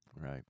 Right